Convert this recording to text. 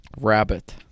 Rabbit